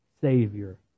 Savior